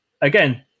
again